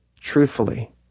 truthfully